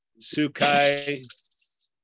Sukai